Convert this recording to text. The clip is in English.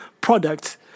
products